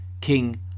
King